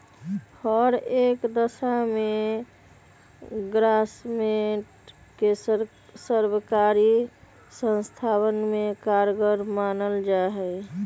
हर एक दशा में ग्रास्मेंट के सर्वकारी संस्थावन में कारगर मानल जाहई